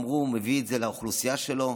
אמרו שהוא מביא את זה לאוכלוסייה שלו,